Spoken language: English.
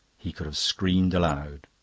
he could have screamed aloud.